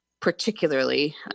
particularly